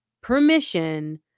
permission